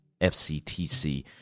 FCTC